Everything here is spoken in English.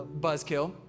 buzzkill